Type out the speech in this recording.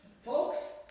Folks